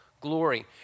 glory